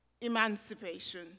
emancipation